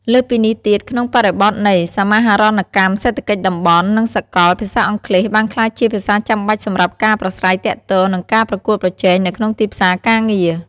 លើសពីនេះទៀត ក្នុងបរិបទនៃ សមាហរណកម្មសេដ្ឋកិច្ចតំបន់ និងសកល ភាសាអង់គ្លេសបានក្លាយជាភាសាចាំបាច់សម្រាប់ការប្រាស្រ័យទាក់ទង និងការប្រកួតប្រជែងនៅក្នុងទីផ្សារការងារ។